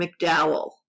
McDowell